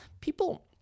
People